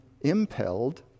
impelled